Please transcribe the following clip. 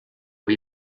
või